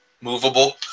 movable